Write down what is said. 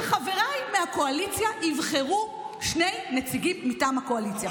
שחבריי מהקואליציה יבחרו שני נציגים מטעם הקואליציה.